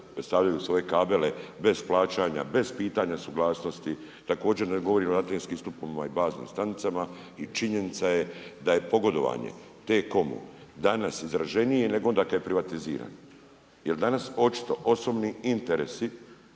stavljaju svoje kabele, bez plaćanja, bez pitanja suglasnosti. Također ne govorim latinskim stupovima i baznim stanicama i činjenica je da je pogodovanje T-Comu danas izraženije nego onda kada je privatiziran. Jer danas, očito osobni interesi